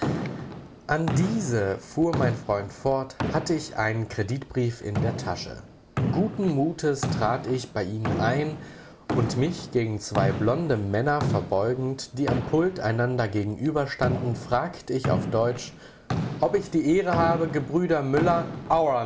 an diese fuhr mein freund fort hatt ich einen kreditbrief in der tasche guten mutes trat ich bei ihnen ein und mich gegen zwei blonde männer verbeugend die am pult einander gegenüberstanden fragt ich auf deutsch ob ich die ehre habe gebrüder müller